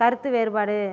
கருத்து வேறுபாடு